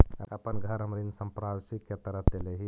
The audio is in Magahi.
अपन घर हम ऋण संपार्श्विक के तरह देले ही